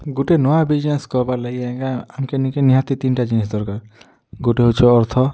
ଗୋଟେ ନୂଆ ବିଜିନେସ୍ କର୍ବା ଲାଗି ଆଜ୍ଞା ହାମ୍କେ ନି କେ ନିହାତି ତିନିଟା ଜିନିଷ୍ ଦରକାର୍ ଗୋଟେ ହେଉଛି ଅର୍ଥ